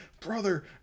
Brother